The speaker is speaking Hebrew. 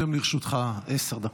לרשותך עשר דקות,